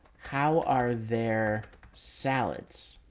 how are there salads?